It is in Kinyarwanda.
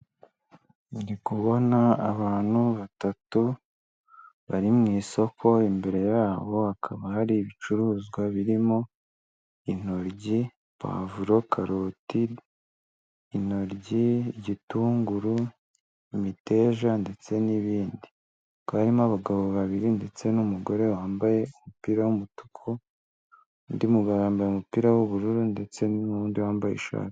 Ndi kubona abantu batatu bari mu isoko, imbere yabo hakaba hari ibicuruzwa birimo intoryi, pavuro, karoti, intoryi, igitunguru, imiteja, ndetse n'ibindi. Hakaba harimo abagabo babiri ndetse n'umugore wambaye umupira w'umutuku, undi mugabo yambaye umupira w'ubururu ndetse n'undi wambaye ishati.